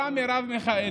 כשרה מרב מיכאלי.